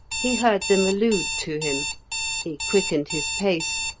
he heard them allude to him he quickened his pace,